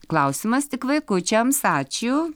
klausimas tik vaikučiams ačiū